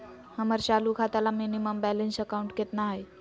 हमर चालू खाता ला मिनिमम बैलेंस अमाउंट केतना हइ?